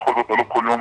בכל זאת אני לא כל יום